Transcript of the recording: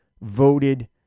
voted